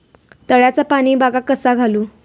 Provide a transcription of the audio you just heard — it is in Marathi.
तळ्याचा पाणी बागाक कसा घालू?